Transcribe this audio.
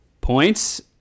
points